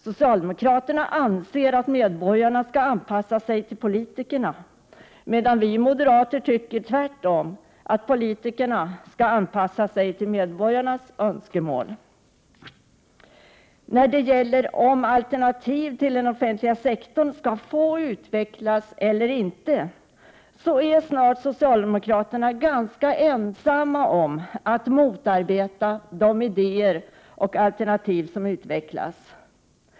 Socialdemokraterna anser att medborgarna skall anpassa sig till politikerna, medan vi moderater tycker tvärtom, att politikerna skall anpassa sig till medborgarnas önskemål. När det gäller om alternativ till den offentliga sektorn skall få utvecklas eller ej, så är socialdemokraterna ganska ensamma om att motarbeta de idéer och alternativ som utvecklas.